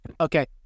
Okay